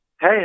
hey